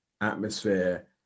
atmosphere